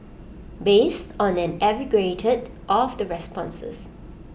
based on an aggregate of the responses